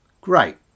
great